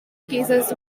cases